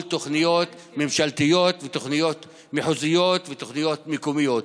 תוכניות ממשלתיות ותוכניות מחוזיות ותוכניות מקומיות.